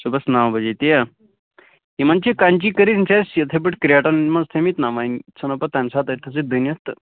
صُبحَس نَو بَجے تی ہہ یِمَن چھِ کَنچی کٔرِتھ یِم چھِ اَسہِ یِتھٕے پٲٹھۍ کرٛیٹَن منٛز تھٔمٕتۍ نہ وۄنۍ ژھٕنو پَتہٕ تَمہِ ساتہٕ تٔتۍ تھَسٕے دٔنِتھ تہٕ